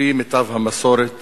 על-פי מיטב המסורת